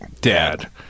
dad